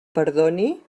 perdoni